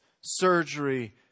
surgery